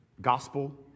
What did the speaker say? Gospel